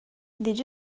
did